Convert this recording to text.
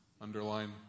underline